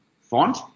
font